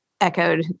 echoed